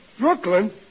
Brooklyn